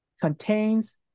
contains